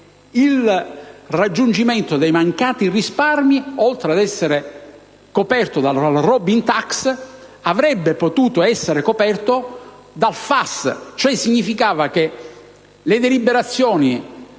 il raggiungimento dei mancati risparmi, oltre ad essere coperto dalla Robin *tax,* avrebbe potuto essere coperto dal FAS; avrebbe significato cioè che le deliberazioni